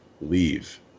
leave